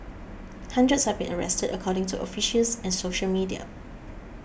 hundreds have been arrested according to officials and social media